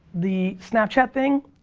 the snapchat thing,